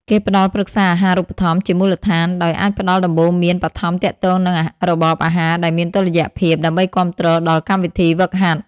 គេផ្ដល់ប្រឹក្សាអាហារូបត្ថម្ភ ជាមូលដ្ឋាន ដោយអាចផ្ដល់ដំបូន្មានបឋមទាក់ទងនឹងរបបអាហារដែលមានតុល្យភាព ដើម្បីគាំទ្រដល់កម្មវិធីហ្វឹកហាត់។